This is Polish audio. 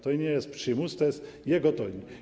To nie jest przymus, to jest jego wybór.